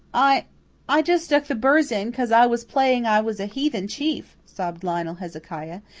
i i just stuck the burrs in cause i was playing i was a heathen chief, sobbed lionel hezekiah.